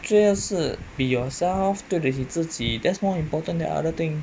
最后是 be yourself 对得起自己 that's more important than other thing